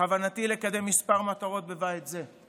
בכוונתי לקדם כמה מטרות בבית זה.